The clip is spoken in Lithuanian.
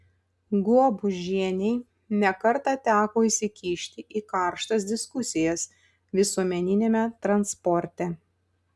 guobužienei ne kartą teko įsikišti į karštas diskusijas visuomeniniame transporte